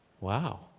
wow